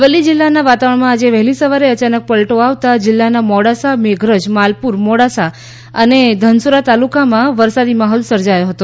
અરવલ્લી જિલ્લાના વાતાવરણમાં આજે વહેલી સવારે અચાનક પલટો આવતા જિલ્લાના મોડાસા મેઘરજ માલપુર મોડાસા અને ધનસુરા તાલુકામાં વરસાદી માહોલ સર્જાયો હતો